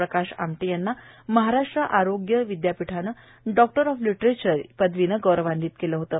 प्रकाश आमटे यांना महाराष्ट्र आरोग्य विद्यापीठानं डॉक्टर ऑफ लिटरेचर पदवीनं गौरवान्वित केलं होतं